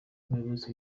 umuyobozi